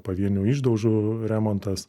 pavienių išdaužų remontas